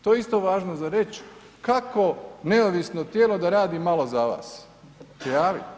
To je isto važno za reći kako neovisno tijelo da radi malo za vas, prijavi.